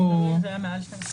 תלוי אם זה היה מעל 12 שעות.